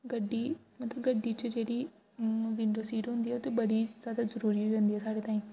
गड्डी मतलब गड्डी च जेह्ड़ी विंडो सीट होंदी ऐ ओह ते बड़ी जादा जरूरी होई जंदी ऐ साढ़े ताहीं